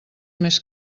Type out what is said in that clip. més